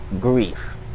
grief